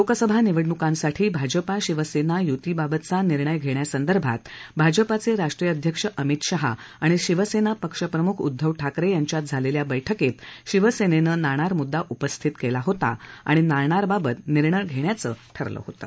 लोकसभा निवडणुकांसाठी भाजपा शिवसेना युतीबाबतचा निर्णय घेण्यासंदर्भात भाजपाचे राष्ट्रीय अध्यक्ष अमित शहा आणि शिवसेना पक्ष प्रमुख उद्घव ठाकरे यांच्यात झालेल्या बैठकीत शिवसेनेनं नाणार मुद्दा उपस्थित केला होता आणि नाणारबाबत निर्णय घेण्याचं ठरलं होतं